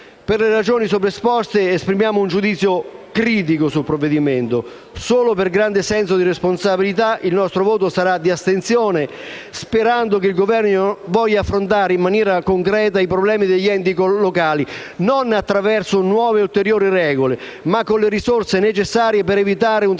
Per le ragioni esposte, esprimiamo un giudizio critico sul provvedimento. Solo per grande senso di responsabilità il nostro voto sarà di astensione, sperando che il Governo voglia affrontare in maniera concreta i problemi degli enti locali non attraverso nuove e ulteriori regole, ma con le risorse necessarie per evitare un tracollo